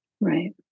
Right